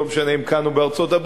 לא משנה אם כאן או בארצות-הברית,